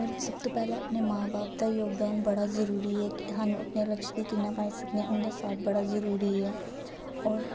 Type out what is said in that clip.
होर सब तों पैह्लें अपने मां ब'ब्ब दा जोगदान बड़ा जरूरी ऐ कि सानूं अपने लक्ष्य गी कि'न्ना पाई सकने आं उं'दा साथ बड़ा जरूरी ऐ होर